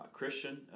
Christian